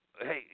Hey